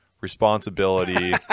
responsibility